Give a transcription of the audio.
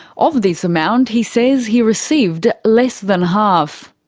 of this amount, he says, he received less than half.